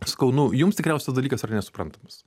sakau nu jums tikriausiai tas dalykas yra nesuprantamas